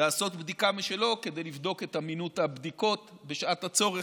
לעשות בדיקה משלו כדי לבדוק את אמינות הבדיקות בשעת הצורך,